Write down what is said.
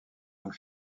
donc